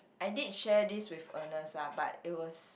I did share this with Ernest lah but it was